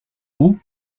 woo